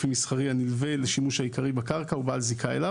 מסחרי הנלווה לשימוש העיקרי בקרקע ובעל זיקה אליו,